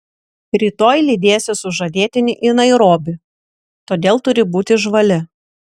rytoj lydėsi sužadėtinį į nairobį todėl turi būti žvali